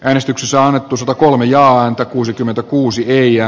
äänestyksessä annetuista kolmijaon kuusikymmentäkuusi erja